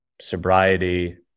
sobriety